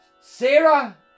Sarah